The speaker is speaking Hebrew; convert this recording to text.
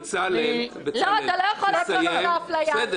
אתה לא יכול לעשות את האפליה הזאת.